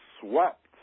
swept